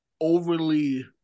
overly